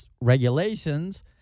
regulations